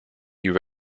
you